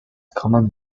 common